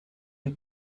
you